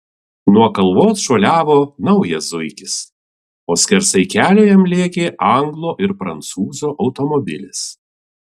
nuo kalvos šuoliavo naujas zuikis o skersai kelio jam lėkė anglo ir prancūzo automobilis